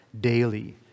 daily